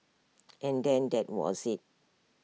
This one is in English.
and then that was IT